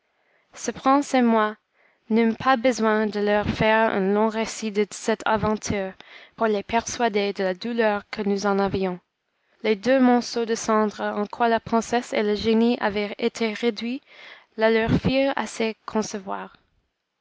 ce prince et moi n'eûmes pas besoin de leur faire un long récit de cette aventure pour les persuader de la douleur que nous en avions les deux monceaux de cendres en quoi la princesse et le génie avaient été réduits la leur firent assez concevoir